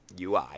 ui